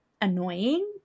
annoying